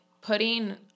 putting